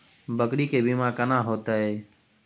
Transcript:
बकरी के बीमा केना होइते?